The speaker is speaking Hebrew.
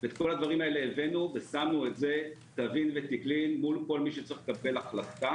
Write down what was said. את כל הדברים האלה הבאנו ושמנו את זה מול כל מי שצריך לקבל החלטה.